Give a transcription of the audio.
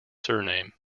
surname